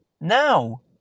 now